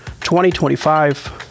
20-25